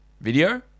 video